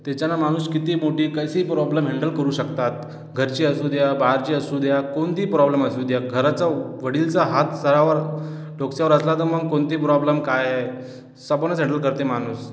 त्याच्यानं माणूस कितीही मोठी कशीही प्रॉब्लेम हॅन्डल करू शकतात घरची असू द्या बाहेरची असू द्या कोणतीही प्रॉब्लेम असू द्या घराचा वडीलचा हात सरावर डोक्यावर असला तर मग कोणती प्रॉब्लेम काय आहे सबंधच हॅन्डल करते माणूस